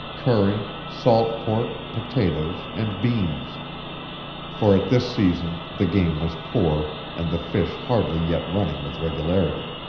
curry, salt pork, potatoes, and beans for at this season the game was poor, and the fish hardly yet running with regularity.